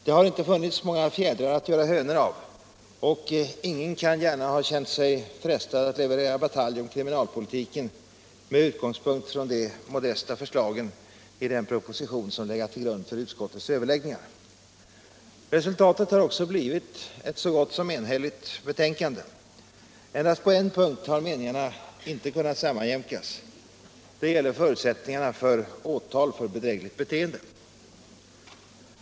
Det har inte funnits många fjädrar att göra hönor av, och ingen kan gärna ha känt sig frestad att leverera batalj om kriminalpolitiken med utgångspunkt i de modesta förslagen i den proposition som legat till grund för utskottets överläggningar. Resultatet har också blivit ett så gott som enhälligt betänkande. Endast på en punkt har meningarna inte kunnat sammanjämkas. Det gäller förutsättningarna för åtal för bedrägligt beteende.